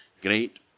great